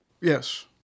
Yes